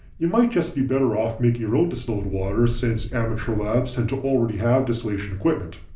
you might just be better off making your own distilled water since amateur labs tend to already have distillation equipment.